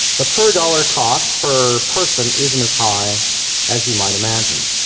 the per dollar cost per person isn't as high as you might imagine.